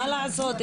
מה לעשות,